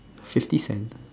fifty cent